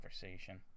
conversation